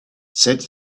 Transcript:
said